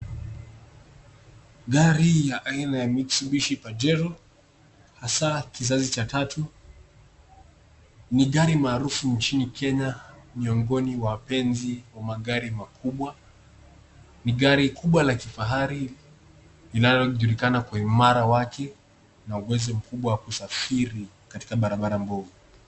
Gari ya aina ya mitisubishi pajero, hasaa kizazi cha tatu, ni gari maarufu inchini kenya miongoni mwa wapenzi wa magari makubwa. Ni gari kubwa la kifahari linalojulikana kwa uimara wake na uwezo mkubwa wa kusafiri katika barabara mbovu.